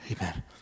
Amen